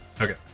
Okay